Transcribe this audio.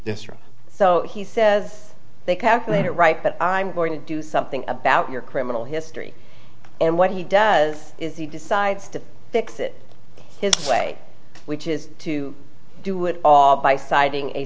this right so he says they calculate it right but i'm going to do something about your criminal history and what he does is he decides to fix it his way which is to do it by citing a